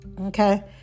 Okay